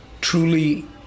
truly